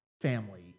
family